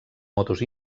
motos